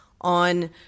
on